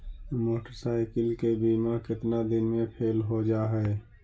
Motorcycle के बिमा केतना दिन मे फेल हो जा है?